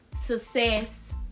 success